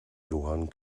johann